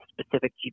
specific